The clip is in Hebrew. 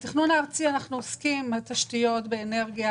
בתכנון הארצי אנחנו עוסקים בתשתיות, באנרגיה,